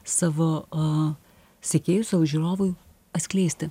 savo sekėjui savo žiūrovui atskleisti